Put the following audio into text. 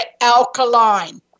alkaline